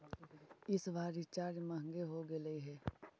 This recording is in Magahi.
इस बार रिचार्ज महंगे हो गेलई हे